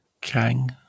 Kang